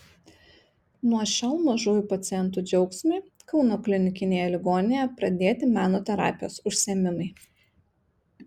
nuo šiol mažųjų pacientui džiaugsmui kauno klinikinėje ligoninėje pradėti meno terapijos užsiėmimai